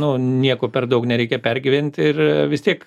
nu nieko per daug nereikia pergyventi ir vis tiek